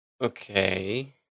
Okay